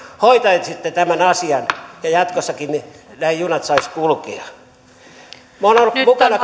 hoitaisitte tämän asian ja jatkossakin nämä junat saisivat kulkea minä olen ollut mukana